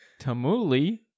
tamuli